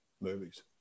movies